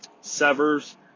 severs